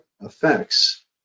effects